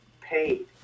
paid